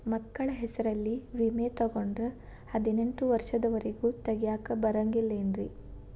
ಮಕ್ಕಳ ಹೆಸರಲ್ಲಿ ವಿಮೆ ತೊಗೊಂಡ್ರ ಹದಿನೆಂಟು ವರ್ಷದ ಒರೆಗೂ ತೆಗಿಯಾಕ ಬರಂಗಿಲ್ಲೇನ್ರಿ?